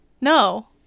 No